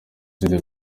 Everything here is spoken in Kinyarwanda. the